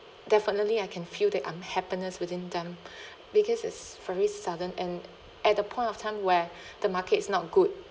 definitely I can feel the unhappiness within them because it's very sudden and at the point of time where the market is not good